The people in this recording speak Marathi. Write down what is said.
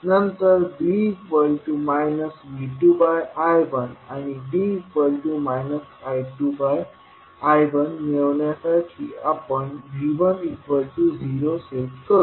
नंतर b V2I1d I2I1 मिळवण्यासाठी आपण V1 0सेट करू